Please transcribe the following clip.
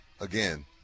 again